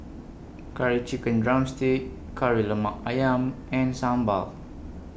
Curry Chicken Drumstick Kari Lemak Ayam and Sambal